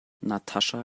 natascha